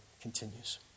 continues